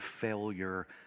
failure